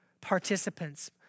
participants